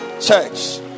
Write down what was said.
church